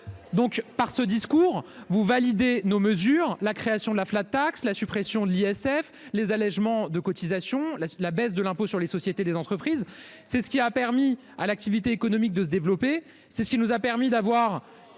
Donc par ce discours vous valider nos mesures. La création de la flat tax, la suppression de l'ISF les allégements de cotisations, la baisse de l'impôt sur les sociétés des entreprises, c'est ce qui a permis à l'activité économique de se développer, c'est ce qui nous a permis d'avoir